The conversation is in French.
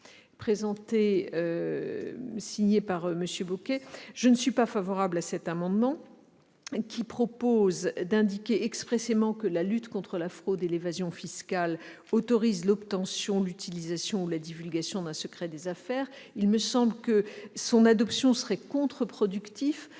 est défavorable. Enfin, je ne suis pas favorable à l'amendement n° 10, qui a pour objet d'indiquer expressément que la lutte contre la fraude et l'évasion fiscales autorise l'obtention, l'utilisation ou la divulgation d'un secret des affaires. Il me semble que son adoption serait contre-productive,